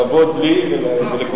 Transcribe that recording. כבוד לי ולכולנו.